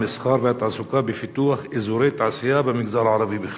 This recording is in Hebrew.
המסחר והתעסוקה בפיתוח אזורי תעשייה במגזר הערבי בכלל?